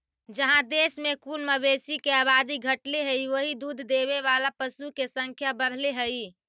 जहाँ देश में कुल मवेशी के आबादी घटले हइ, वहीं दूध देवे वाला पशु के संख्या बढ़ले हइ